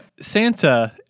Santa